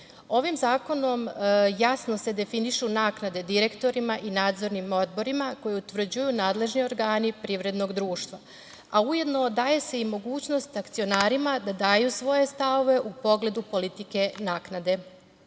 Ovim zakonom jasno se definišu naknade direktorima i nadzornim odborima koji utvrđuju nadležni organi privrednog društva, a ujedno daje se i mogućnost akcionarima da daju svoje stavove u pogledu politike naknade. Takođe,